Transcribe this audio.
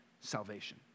salvation